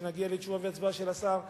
שכשנגיע לתשובה של השר והצבעה,